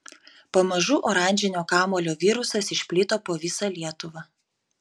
pamažu oranžinio kamuolio virusas išplito po visą lietuvą